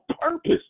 purpose